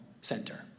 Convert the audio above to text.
center